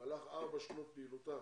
במהלך ארבע שנות פעילותה